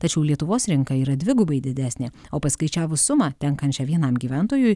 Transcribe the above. tačiau lietuvos rinka yra dvigubai didesnė o paskaičiavus sumą tenkančią vienam gyventojui